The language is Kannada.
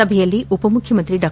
ಸಭೆಯಲ್ಲಿ ಉಪ ಮುಖ್ಯಮಂತ್ರಿ ಡಾ